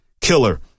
killer